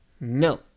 No